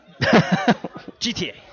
GTA